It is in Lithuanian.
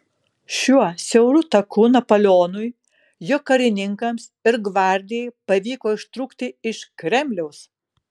šiuo siauru taku napoleonui jo karininkams ir gvardijai pavyko ištrūkti iš kremliaus